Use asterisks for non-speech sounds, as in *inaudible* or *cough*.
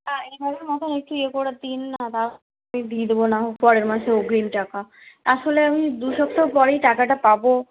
*unintelligible* এই বারের মত একটু ইয়ে করে দিন না দিয়ে দেব না হয় পরের মাসে অগ্রিম টাকা আসলে আমি দু সপ্তাহ পরেই টাকাটা পাবো